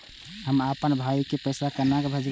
हम आपन भाई के पैसा केना भेजबे?